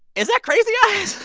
is that crazy eyes?